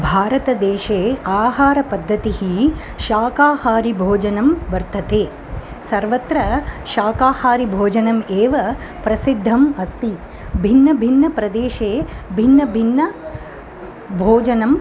भारतदेशे आहारपद्धतेः शाकाहारि भोजनं वर्तते सर्वत्र शाकाहारि भोजनम् एव प्रसिद्धम् अस्ति भिन्न भिन्न प्रदेशे भिन्न भिन्न भोजनम्